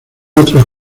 otros